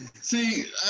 see